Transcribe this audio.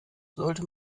sollte